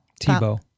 Tebow